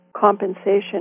compensation